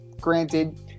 Granted